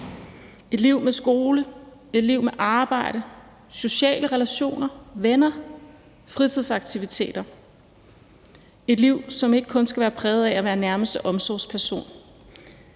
et liv med skole, et liv med arbejde, sociale relationer, venner og fritidsaktiviteter, altså et liv, som ikke kun skal være præget af at være nærmeste omsorgsperson.